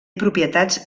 propietats